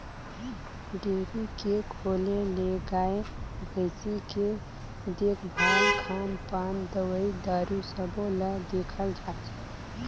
dairy के खोले ले गाय, भइसी के देखभाल, खान पान, दवई दारू सबो ल देखल जाथे